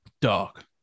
dog